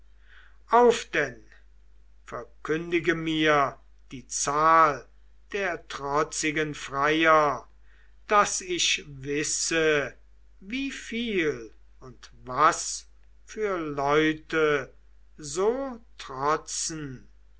auf denn verkündige mir die zahl der trotzigen freier daß ich wisse wieviel und was für leute so trotzen